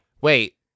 Wait